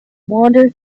wander